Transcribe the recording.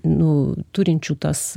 nu turinčių tas